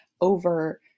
over